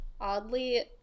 oddly